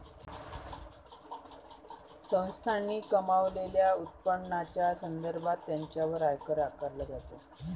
संस्थांनी कमावलेल्या उत्पन्नाच्या संदर्भात त्यांच्यावर आयकर आकारला जातो